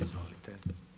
Izvolite.